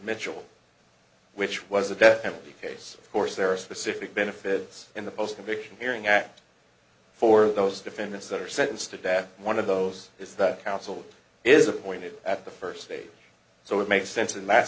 mitchell which was a death penalty case of course there are specific benefits in the post conviction hearing act for those defendants that are sentenced to death one of those is that counsel is appointed at the first stage so it makes sense in